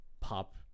pop